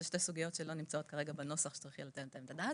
אלה שתי סוגיות שלא נמצאות כרגע בנוסח שצריך יהיה לתת עליהן את הדעת,